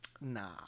Nah